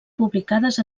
publicades